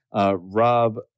Rob